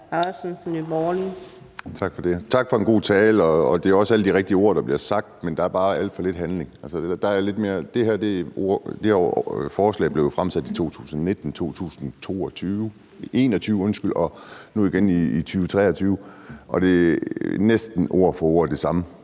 Tak for en god tale, og det er også alle de rigtige ord, der bliver sagt, men der er bare alt for lidt handling. Det her forslag blev fremsat i 2019, 2021 – og nu igen i 2023 – og det er næsten ord for ord den samme